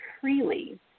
freely